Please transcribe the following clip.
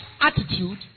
attitude